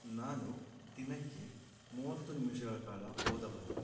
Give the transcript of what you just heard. ನಾನು ದಿನಕ್ಕೆ ಮೂವತ್ತು ನಿಮಿಷಗಳ ಕಾಲ ಓದಬಲ್ಲೆ